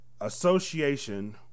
association